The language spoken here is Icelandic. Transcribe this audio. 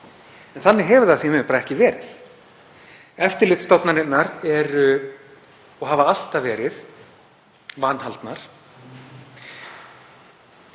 En þannig hefur það því miður bara ekki verið. Eftirlitsstofnanirnar eru og hafa alltaf verið vanhaldnar.